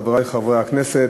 חברי חברי הכנסת,